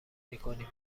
میکنیم